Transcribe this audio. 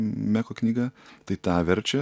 meko knyga tai tą verčia